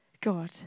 God